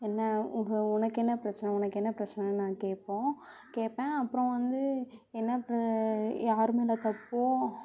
என்ன உ உனக்கென்ன பிரச்சனை உனக்கென்ன பிரச்சனை நான் கேட்போம் கேட்பேன் அப்புறம் வந்து என்ன ப யார் மேல் தப்போ